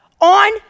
on